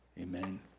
Amen